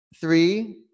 three